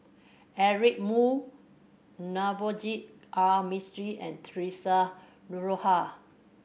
Eric Moo Navroji R Mistri and Theresa Noronha